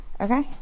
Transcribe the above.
Okay